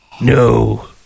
no